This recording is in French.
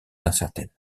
incertaine